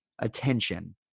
attention